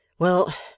Well